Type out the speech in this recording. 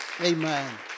Amen